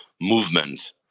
movement